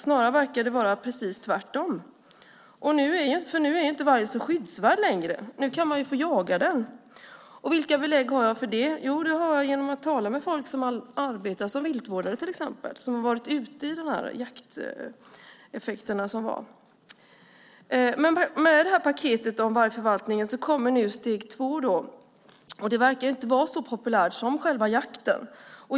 Snarare verkar det vara precis tvärtom, för nu är inte varg så skyddsvärd längre, nu kan man få jaga den. Vilka belägg har jag för det? Ja, sådana har jag fått genom att ha talat med folk som arbetar som viltvårdare till exempel och som varit ute och sett jakteffekterna. Med det här paketet om vargförvaltningen kommer steg två. Det verkar inte vara så populärt som själva jakten.